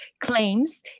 claims